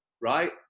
right